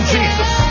Jesus